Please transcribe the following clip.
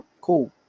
cool